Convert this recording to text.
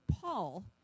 Paul